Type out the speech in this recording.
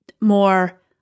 more